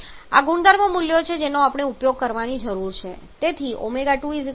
1698 kPa તેથી આ ગુણધર્મ મૂલ્યો છે જેનો આપણે ઉપયોગ કરવાની જરૂર છે